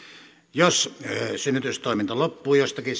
jos synnytystoiminta loppuu jostakin